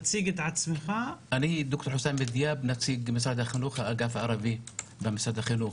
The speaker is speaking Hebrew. אני ד"ר חוסאם דיאב, האגף הערבי במשרד החינוך.